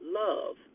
love